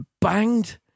banged